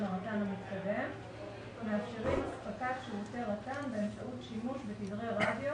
הרט"ן המתקדם מאפשרים אספקת שירותי רט"ן באמצעות שימוש בתדרי רדיו